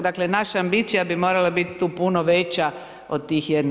Dakle, naša ambicija bi morala biti tu puno veća od tih 1,4.